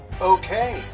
Okay